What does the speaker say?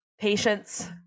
patience